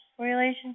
relationship